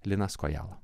linas kojala